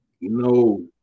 no